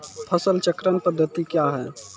फसल चक्रण पद्धति क्या हैं?